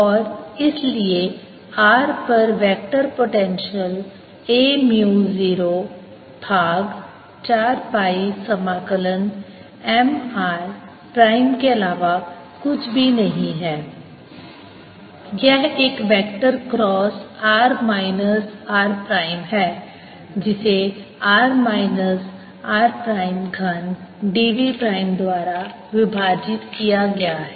और इसलिए r पर वेक्टर पोटेंशियल A म्यू 0 भाग 4 पाई समाकलन M r प्राइम के अलावा कुछ भी नहीं है यह एक vector cross r minus r prime है जिसे r माइनस r प्राइम घन dv प्राइम द्वारा विभाजित किया गया है